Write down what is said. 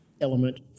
element